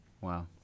Wow